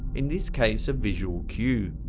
in this case a visual cue.